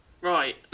Right